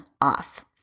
off